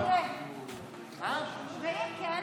ואם כן?